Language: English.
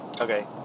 Okay